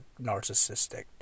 narcissistic